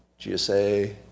GSA